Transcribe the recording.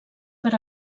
per